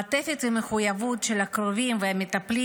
המעטפת הזו היא המחויבות של הקרובים והמטפלים,